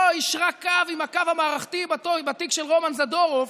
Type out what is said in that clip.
לא יישרה קו עם הקו המערכתי בתיק של רומן זדורוב.